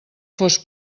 fos